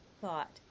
thought